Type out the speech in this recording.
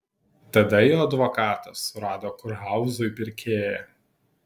tada jo advokatas surado kurhauzui pirkėją